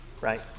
right